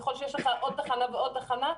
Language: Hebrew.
ככל שיש לך עוד תחנה ועוד תחנה,